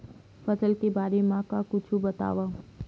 फसल के बारे मा कुछु बतावव